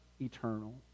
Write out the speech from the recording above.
eternal